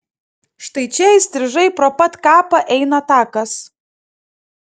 štai čia įstrižai pro pat kapą eina takas